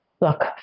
Look